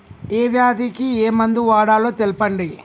ఏ వ్యాధి కి ఏ మందు వాడాలో తెల్పండి?